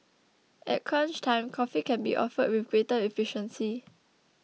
at crunch time coffee can be offered with greater efficiency